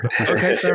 Okay